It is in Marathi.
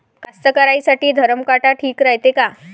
कास्तकाराइसाठी धरम काटा ठीक रायते का?